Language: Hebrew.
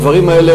הדברים האלה,